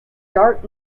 dark